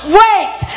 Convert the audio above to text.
wait